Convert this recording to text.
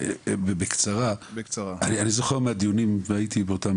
בקצרה אני זוכר מהדיונים והייתי באותם